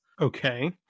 Okay